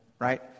right